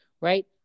Right